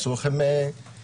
אסור לכם לנהוג,